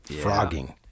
frogging